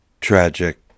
tragic